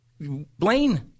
Blaine